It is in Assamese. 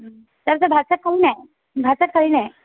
তাৰপিছত ভাত চাত খালি নাই ভাত চাত খালি নাই